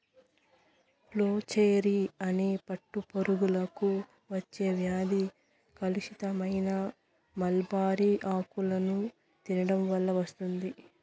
flacherie అనే పట్టు పురుగులకు వచ్చే వ్యాధి కలుషితమైన మల్బరీ ఆకులను తినడం వల్ల వస్తుంది